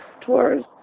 tours